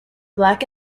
black